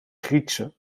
griekse